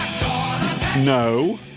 No